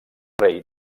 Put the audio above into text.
rei